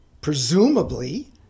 presumably